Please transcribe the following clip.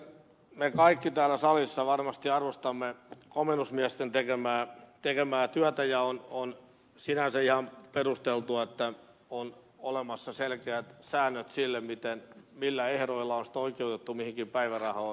me kaikki täällä salissa varmasti arvostamme komennusmiesten tekemää työtä ja on sinänsä ihan perusteltua että on olemassa selkeät säännöt sille millä ehdoilla on oikeutettu mihinkin päivärahoihin